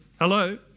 Hello